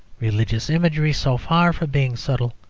religious imagery, so far from being subtle,